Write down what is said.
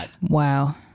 Wow